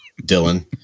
Dylan